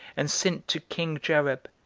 and sent to king jareb,